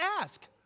ask